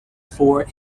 four